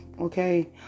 okay